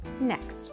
next